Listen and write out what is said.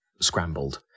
scrambled